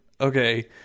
Okay